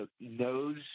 knows